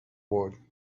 board